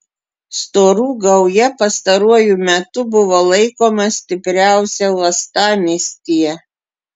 storų gauja pastaruoju metu buvo laikoma stipriausia uostamiestyje